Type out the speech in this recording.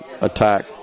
attack